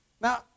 Now